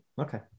Okay